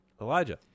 Elijah